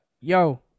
yo